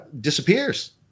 disappears